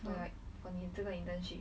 right for 你的这个 internship